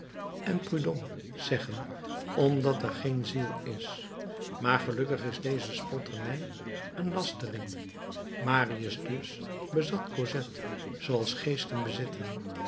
en prudhommes zeggen omdat er geen ziel is maar gelukkig is deze spotternij een lastering marius dus bezat cosette zooals geesten bezitten